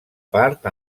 part